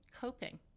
coping